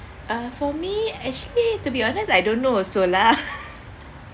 uh for me actually to be honest I don't know also lah